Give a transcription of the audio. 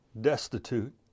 destitute